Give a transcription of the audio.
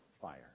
fire